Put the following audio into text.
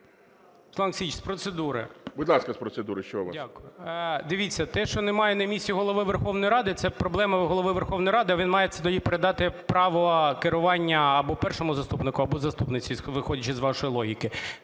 Дивіться, те, що немає на місці Голови Верховної Ради, це проблема Голови Верховної Ради, він має тоді передати право керування або Першому заступнику або заступниці, виходячи з вашої логіки.